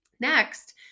Next